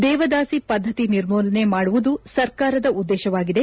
ದೇವದಾಸಿ ಪದ್ದತಿ ನಿರ್ಮೂಲನೆ ಮಾಡುವುದು ಸರ್ಕಾರದ ಉದ್ದೇಶವಾಗಿದೆ